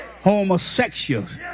homosexuals